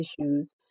issues